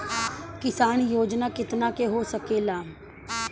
किसान योजना कितना के हो सकेला?